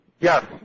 Yes